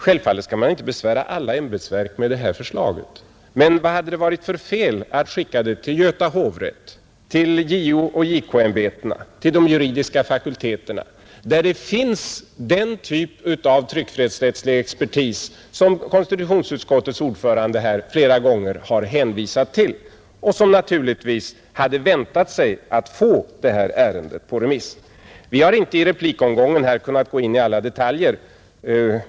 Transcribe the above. Självfallet skall man inte besvära alla ämbetsverk med det här förslaget, men vad hade det varit för fel att skicka det till Göta hovrätt, till JO och JK-ämbetena, till de juridiska fakulteterna, där det finns den typ av tryckfrihetsrättslig expertis som konstitutionsutskottets ordförande flera gånger har hänvisat till och som naturligtvis hade väntat sig att få det här ärendet på remiss? Vi har inte i replikomgången kunnat gå in i alla detaljer.